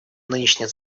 нынешний